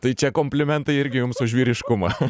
tai čia komplimentai irgi jums už vyriškumą